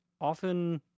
often